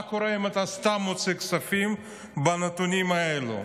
מה קורה אם אתה סתם מוציא כספים בנתונים האלו?